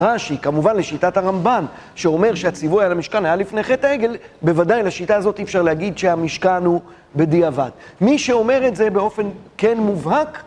רש"י, כמובן לשיטת הרמב"ן, שאומר שהציווי על המשכן היה לפני חטא עגל, בוודאי לשיטה הזאת אי אפשר להגיד שהמשכן הוא בדיעבד. מי שאומר את זה באופן כן מובהק...